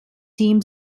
team